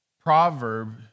proverb